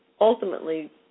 ultimately